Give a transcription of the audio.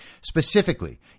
Specifically